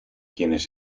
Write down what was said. quienes